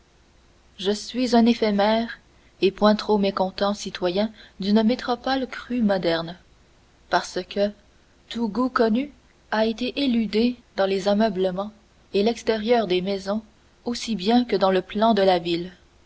je suis un éphémère et point trop mécontent citoyen d'une métropole crue moderne parce que tout goût connu a été éludé dans les ameublements et l'extérieur des maisons aussi bien que dans le plan de la ville